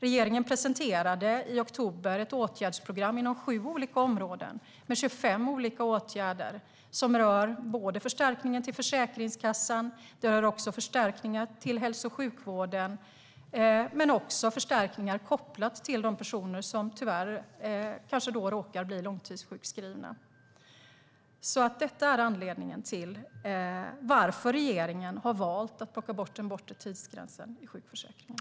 Regeringen presenterade i oktober ett åtgärdsprogram inom sju olika områden med 25 olika åtgärder som rör förstärkningen till Försäkringskassan och förstärkningar till hälso och sjukvården men också förstärkningar kopplade till de personer som tyvärr råkar bli långtidssjukskrivna. Detta är anledningen till att regeringen har valt att plocka bort den bortre tidsgränsen i sjukförsäkringen.